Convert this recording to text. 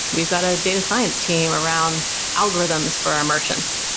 we've got a data science team around algorithms for our merchants.